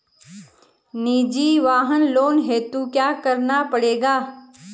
निजी वाहन लोन हेतु क्या करना पड़ेगा?